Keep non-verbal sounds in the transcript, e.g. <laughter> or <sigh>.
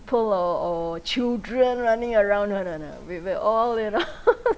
or or children running around no no no we we're all you know <laughs>